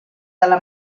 dalla